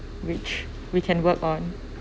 which we can work on